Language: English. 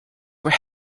were